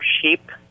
sheep